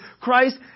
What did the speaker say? Christ